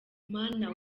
mana